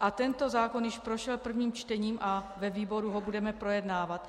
a tento zákon již prošel prvním čtením a ve výboru ho budeme projednávat.